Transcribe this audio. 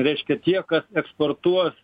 reiškia tie kas eksportuos